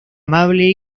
amable